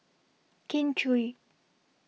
Kin Chui